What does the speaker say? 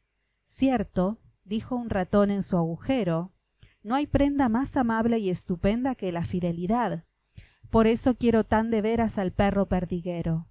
mano una fábula suya en castellano cierto no hay prenda más amable y estupenda que la fidelidad por eso quiero tan de veras al perro perdiguero